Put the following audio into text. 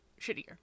shittier